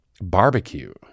Barbecue